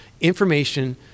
information